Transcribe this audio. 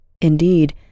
Indeed